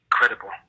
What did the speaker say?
Incredible